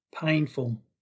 painful